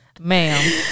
ma'am